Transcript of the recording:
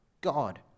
God